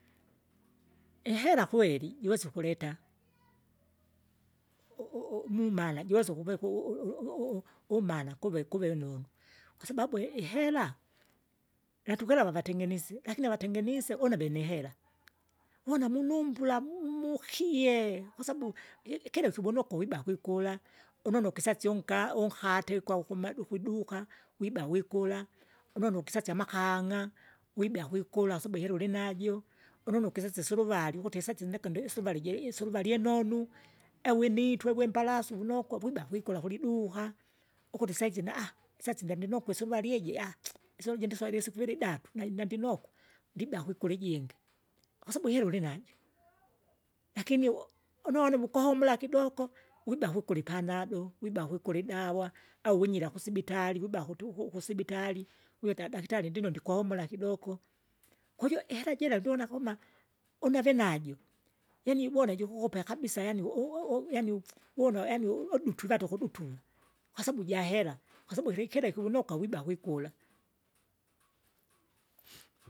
ihera kweli jiwesa ukuleta, u- u- umumala jiwesa ukuvika u- u- u- u- umana kuve kuve nonu, kwasababu i- ihera, latukwelewa vatengenise. Lakini avatengenise une vinihera une munumbula mu- mukie kwasabu iki- kila vunokwa ibaku ikula, unono kisasye unka- unkate kwakumadu ukuduka, wiba wikula, unono ukisasye amakang'a, wibea kwikula asuhuhi ikera ulinajo, ununu ukisese isuluvari ukuti isaisi ndeke ndisuvali je isuluvari inonu au initwe wembalasu vunokwa wiba kwikola kuliduka, ukuti saizi na isaisi ndeninokwa isuvari iji isuruvali iji ndiswairi isifuiri batu nandi- nandinokwa, ndibea kwikulimijingi, kwasabu ihera ulinajo. Lakini u- unone vukohomola kidoko wiba kukuli ipanado, wiba kwikuli idawa, au winyira kusibitari, wiba kutu kukusibitari, wita daktari ndino ndikohomora kidoko, kujo ihera jira ndiona kuma, unave najo. Yaani ivona jikukupe kabisa yaani yaani uwona yani udutu tuvate ukudutu, kwasabu ja hera, kwasabu ikili kileke wunoka wiba wikula.